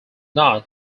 not